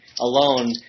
alone